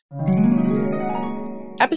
Episode